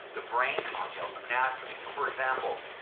the brain cocktails them naturally. so for example,